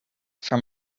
from